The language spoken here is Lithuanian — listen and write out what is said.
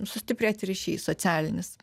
sustiprėti ryšys socialinis